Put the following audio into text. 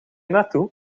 naartoe